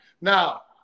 Now